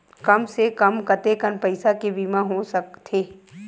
कम से कम कतेकन पईसा के बीमा हो सकथे?